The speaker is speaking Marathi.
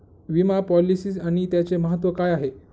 विमा पॉलिसी आणि त्याचे महत्व काय आहे?